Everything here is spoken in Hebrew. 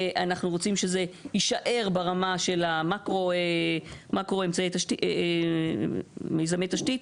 אנחנו רוצים שזה יישאר ברמה של המאקרו מיזמי תשתית.